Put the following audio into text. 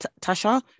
Tasha